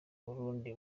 burundi